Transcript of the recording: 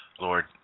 Lord